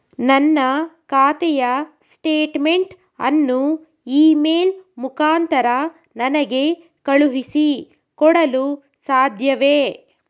ನನ್ನ ಖಾತೆಯ ಸ್ಟೇಟ್ಮೆಂಟ್ ಅನ್ನು ಇ ಮೇಲ್ ಮುಖಾಂತರ ನನಗೆ ಕಳುಹಿಸಿ ಕೊಡಲು ಸಾಧ್ಯವೇ?